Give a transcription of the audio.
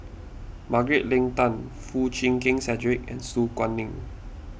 Margaret Leng Tan Foo Chee Keng Cedric and Su Guaning